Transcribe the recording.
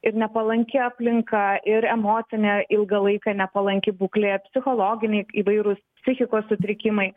ir nepalanki aplinka ir emocinė ilgą laiką nepalanki būklė psichologiniai įvairūs psichikos sutrikimai